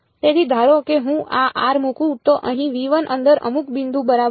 તેથી ધારો કે હું r મૂકું તો અહીં અંદર અમુક બિંદુ બરાબર છે